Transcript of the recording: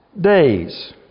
days